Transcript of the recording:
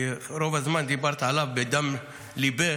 כי רוב הזמן דיברת עליו מדם ליבך,